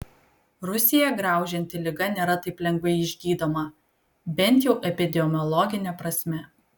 rusiją graužianti liga nėra taip lengvai išgydoma bent jau epidemiologine prasme